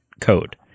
code